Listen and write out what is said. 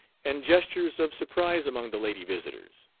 and gestures of surprise among the lady visitors.